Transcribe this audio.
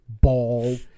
ball